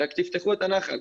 רק תפתחו את הנחל.